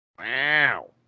Wow